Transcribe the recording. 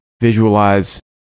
visualize